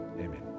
amen